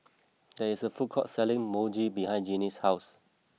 there is a food court selling Mochi behind Genie's house